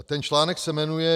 Ten článek se jmenuje